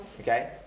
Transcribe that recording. Okay